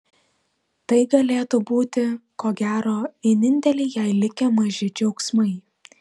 tai galėtų būti ko gero vieninteliai jai likę maži džiaugsmai